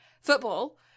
football